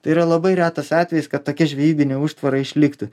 tai yra labai retas atvejis kad tokia žvejybinė užtvara išliktų